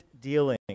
dealing